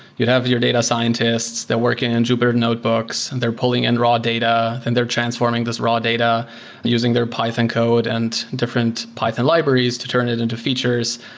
you have your data scientists that work in and jupyter notebooks. and they're pulling in raw data and they're transforming this raw data using their python code and different python libraries to turn it into features,